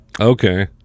Okay